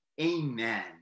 Amen